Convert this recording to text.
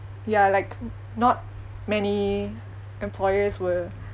ya like not many employers were